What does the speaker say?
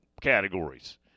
categories